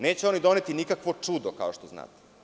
Neće oni doneti nikakvo čudo, kao što znate.